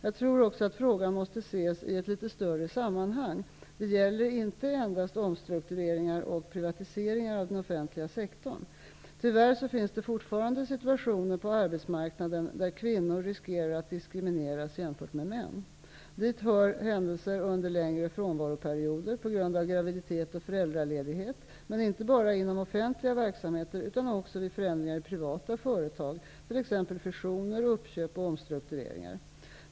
Jag tror också att frågan måste ses i ett litet större sammanhang; det gäller inte endast omstruktureringar och privatiseringar av den offentliga sektorn. Tyvärr finns det fortfarande situationer på arbetsmarknaden där kvinnor riskerar att diskrimineras jämfört med män. Dit hör händelser under längre frånvaroperioder på grund av graviditet och föräldraledighet, men inte bara inom offentliga verksamheter utan också vid förändringar i privata företag, t.ex. fusioner, uppköp och omstruktureringar.